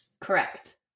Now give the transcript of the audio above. Correct